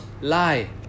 lie